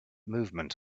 movement